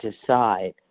decide